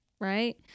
right